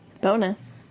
bonus